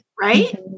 right